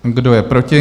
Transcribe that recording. Kdo je proti?